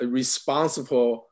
responsible